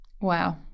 Wow